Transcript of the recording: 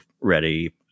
ready